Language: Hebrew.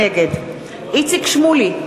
נגד איציק שמולי,